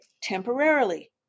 temporarily